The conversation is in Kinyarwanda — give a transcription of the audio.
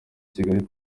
kigali